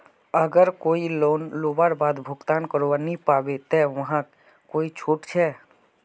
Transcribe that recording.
अगर कोई लोन लुबार बाद भुगतान करवा नी पाबे ते वहाक कोई छुट छे?